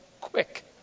quick